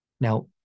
Now